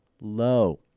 low